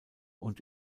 und